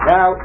Now